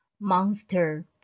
monster